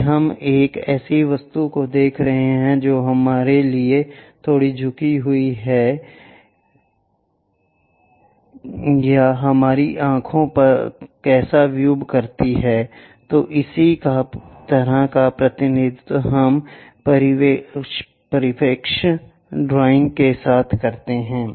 यदि हम एक ऐसी वस्तु को देख रहे हैं जो हमारे लिए थोड़ी झुकी हुई है कि यह हमारी आँखों पर कैसे व्यू करता है तो इसी तरह का प्रतिनिधित्व हम परिप्रेक्ष्य ड्राइंग के साथ करते हैं